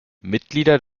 mitglieder